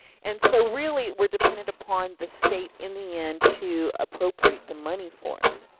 and so really we're dependent upon the state in the end to appropriate the money for us.